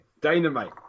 dynamite